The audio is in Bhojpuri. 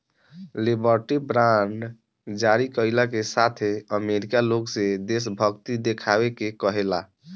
लिबर्टी बांड जारी कईला के साथे अमेरिका लोग से देशभक्ति देखावे के कहेला